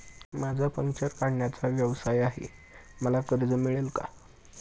माझा पंक्चर काढण्याचा व्यवसाय आहे मला कर्ज मिळेल का?